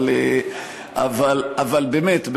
אבל באמת,